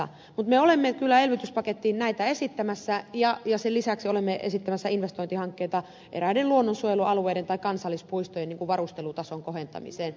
mutta me olemme kyllä elvytyspakettiin näitä esittämässä ja sen lisäksi olemme esittämässä investointihankkeita eräiden luonnonsuojelualueiden tai kansallispuistojen varustelutason kohentamiseen